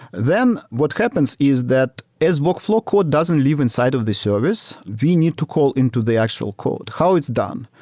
then what happens is that as workflow call doesn't live inside of this service, we need to call into the actual code. how it's done?